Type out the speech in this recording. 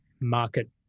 market